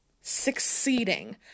succeeding